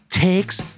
takes